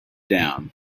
down